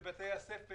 זה בתי הספר,